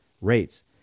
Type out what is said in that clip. rates